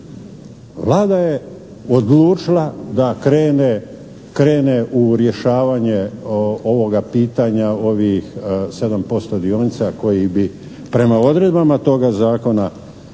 Vlada je odlučila da krene u rješavanje ovoga pitanja, ovih 7% dionica koji bi prema odredbama toga zakona pripali